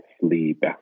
sleep